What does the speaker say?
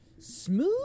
Smooth